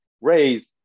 raise